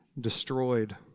destroyed